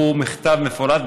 הוא מכתב מפורט.